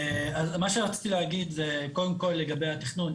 מה שרציתי להגיד זה קודם כל לגבי התכנון.